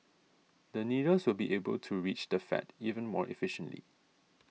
the needles will be able to reach the fat even more efficiently